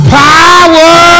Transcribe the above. power